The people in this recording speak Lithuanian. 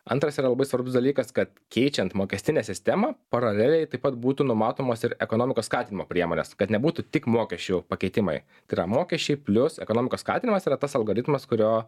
antras yra labai svarbus dalykas kad keičiant mokestinę sistemą paraleliai taip pat būtų numatomos ir ekonomikos skatimo priemonės kad nebūtų tik mokesčių pakeitimai tai yra mokesčiai plius ekonomikos skatinimas yra tas algoritmas kurio